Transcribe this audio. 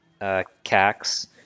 Cax